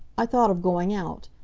i thought of going out.